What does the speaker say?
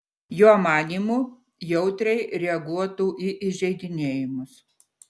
jo manymu jautriai reaguotų į įžeidinėjimus